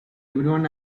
everyone